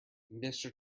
mister